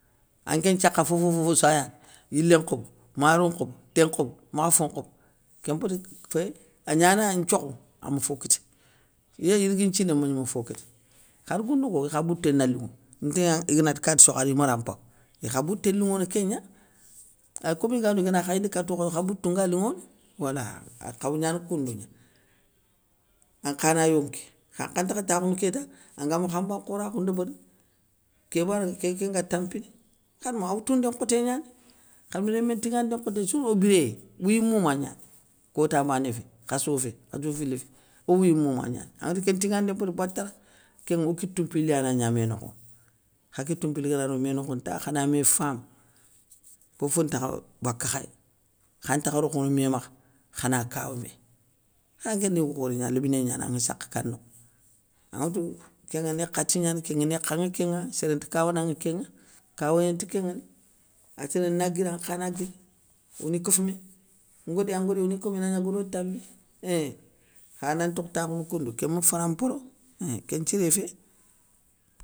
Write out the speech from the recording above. Anké nthiakha fofofossou ayani yilé nkhobo maro nkhobo, té nkhobo, makhafo nkhobo, kén mpéti féyé, agnana nthiokho, ama fo kita. Yé yirigui nthiné ma linŋo ma fo kita, khar goundounko ikha bouté na linŋo, ntiniya iganati kati sokho ari mara mpaga, ikha bouté linŋono kén gna. Ay komi igadou igana khayindi katokha okha boutou nga linŋono. wala ankhaw gnana koundou gna. Ankhana yonké, ankha ntakha takhounou kéta, anga makhanba nkhorakhoundébérini, ké bané kéké nga tampini, hadama a woutoundé nkhoté gnani, khadamerémé tinŋandé nkhoté sourtou o biréyé, wouyi mouma gnani, kota bané fé, khasso fé, khassou fili fé, o wouyi mouma gnani, anŋa tou kén ntinŋandé mpéti batara, kénŋe o kitou mpili ya na gna mé nokho, kha kitou mpili gana ro mé nokho nta khana mé famou, fofo ntakha baka khay, khantakha rokhono mé makha, khana kawa mé, kha ankéni yigou khoré gna, léminé gnanaŋa anŋa sakha ka nokho, anŋa tou, kénŋa nékhati gnani kénŋa kén i nékha ŋa kénŋa, sérénti kawanaŋa kénŋa, kawayé nti kénŋani, assiré na guira an kha na guiri, oni kofoumé, ngodé an ngodé, oni kofoumé inagna godo tami, eiiinnn, kha na tokh takhounou koundou kéma faramparo eiinnn kén nthiré fé.